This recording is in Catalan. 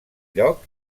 lloc